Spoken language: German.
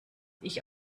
ich